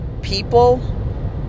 people